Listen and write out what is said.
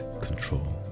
control